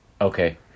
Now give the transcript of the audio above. Okay